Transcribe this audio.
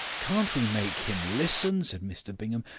can't we make him listen? said mr bingham.